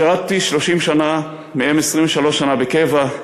שירתי 30 שנה, מהן 23 שנה בקבע,